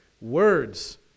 words